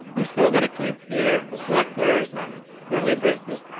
i'm still going to keep here and the selectors and curly braces,